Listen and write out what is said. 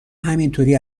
همینطوری